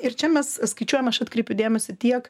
ir čia mes skaičiuojam aš atkreipiu dėmesį tiek